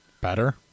better